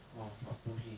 !wah! but no pay